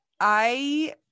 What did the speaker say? I-